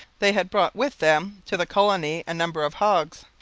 they had brought with them to the colony a number of hogs,